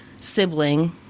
sibling